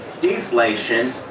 deflation